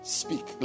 speak